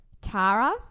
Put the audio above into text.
Tara